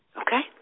Okay